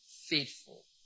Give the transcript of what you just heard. Faithful